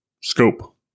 scope